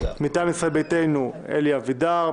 מטעם ישראל ביתנו: אלי אבידר.